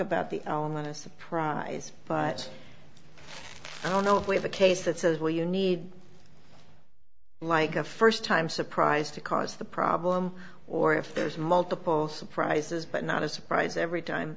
about the element of surprise but i don't know if we have a case that says where you need like a first time surprise to cause the problem or if there's multiple surprises but not a surprise every time